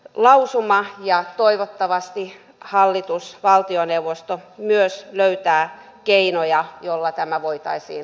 lausuman ja toivottavasti hallitus valtioneuvosto myös löytää keinoja jolla tämä voitaisi